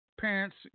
parents